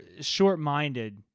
short-minded